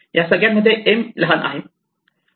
या सगळ्यांमध्ये M लहान आहे